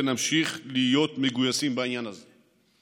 ונמשיך להיות מגויסים בעניין הזה.